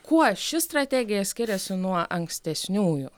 kuo ši strategija skiriasi nuo ankstesniųjų